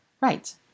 Right